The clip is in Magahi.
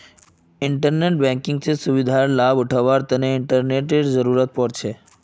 इंटरनेट बैंकिंग स सुविधार लाभ उठावार तना इंटरनेटेर जरुरत पोर छे